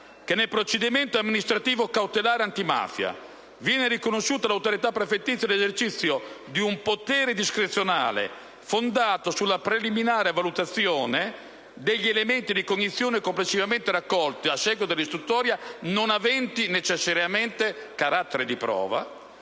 che nel procedimento amministrativo cautelare antimafia viene riconosciuta all'autorità prefettizia l'esercizio di un potere discrezionale fondato sulla preliminare valutazione degli elementi di cognizione complessivamente raccolti a seguito dell'istruttoria non aventi necessariamente carattere di prova;